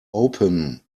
open